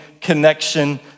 connection